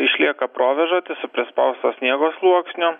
išlieka provėžoti su prispausto sniego sluoksniu